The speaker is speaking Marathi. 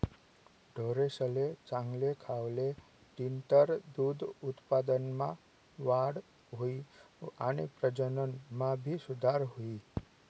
ढोरेसले चांगल खावले दिनतर दूध उत्पादनमा वाढ हुई आणि प्रजनन मा भी सुधार हुई